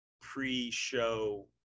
pre-show